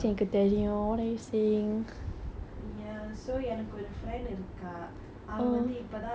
அவள் வந்து இப்பதா:aval vanthu ippathaa rabbit ஒன்னு வாங்குனா ஒரு முயல் குட்டி வாங்குனா:innu vaangunaa oru muyal kutti vangunaa damn cute